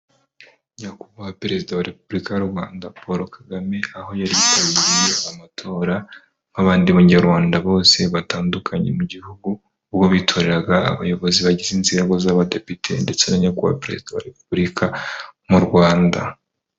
Nyakubahwa perezida wa repubulika y'u Rwanda Paul Kagame aho yari yitabiriyeye amatora nk'abandi banyarwanda bose batandukanye mu gihugu ubwo bitoreraga abayobozi bagize inzego z'abadepite ndetse na nyakubahwa perezida wa repubulika mu Rwanda.